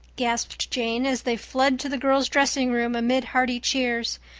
gasped jane, as they fled to the girls' dressing room amid hearty cheers.